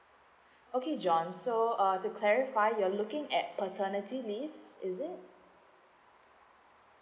okay john so uh the clarify you're looking at paternity leave is it